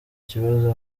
kibazo